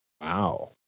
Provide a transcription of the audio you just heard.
Wow